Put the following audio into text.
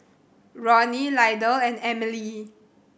Ronny Lydell and Emilie